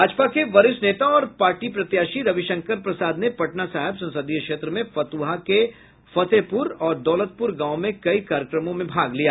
भाजपा के वरिष्ठ नेता और पार्टी प्रत्याशी रविशंकर प्रसाद ने पटना साहिब संसदीय क्षेत्र में फतुहा के फतेहपुर और दौलतपुर गांव में कई कार्यक्रमों में भाग लिया